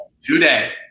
today